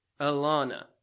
Alana